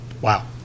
Wow